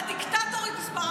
הדיקטטורית מספר אחת.